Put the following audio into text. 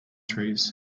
trees